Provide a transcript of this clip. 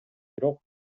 бирок